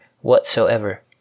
whatsoever